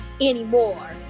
anymore